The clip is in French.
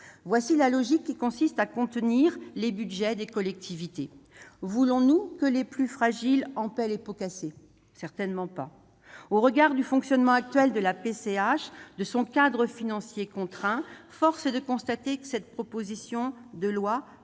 Voilà la logique qui consiste à contenir les budgets des collectivités ! Voulons-nous que les plus fragiles en paient les pots cassés ? Certainement pas ! Au regard du fonctionnement actuel de la PCH et de son cadre financier contraint, force est de constater que cette proposition de loi